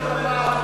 הוא דיבר אותו דבר.